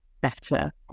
better